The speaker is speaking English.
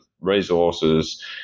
resources